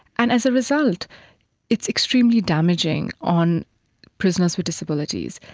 and as a result it's extremely damaging on prisoners with disabilities.